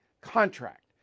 contract